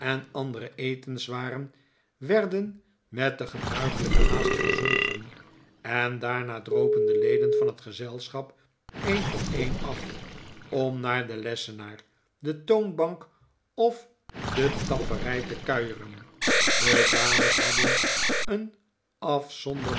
andere eetwaren werden met de gebruikelijke haast verzwolgen en daarna dropen de leden van het gezelschap een voor een af om naar den lessenaar de toonbank of de tapperij te kuieren de dames hadden een afzonderlijke